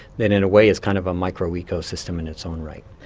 then in a way it's kind of a micro-ecosystem in its own right.